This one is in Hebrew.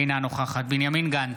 אינה נוכחת בנימין גנץ,